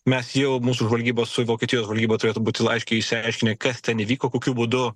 mes jau mūsų žvalgybos su vokietijos žvalgyba turėtų būt laiškiai išsiaiškini kas ten įvyko kokiu būdu